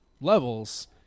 levels